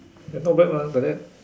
eh not bad mah like that